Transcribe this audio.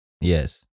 Yes